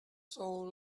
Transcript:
soul